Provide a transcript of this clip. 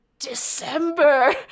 December